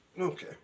Okay